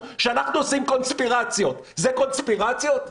אני חושב שאנחנו כל רגע פה תורמים להתדרדרות המושג הזה של "כנסת ישראל".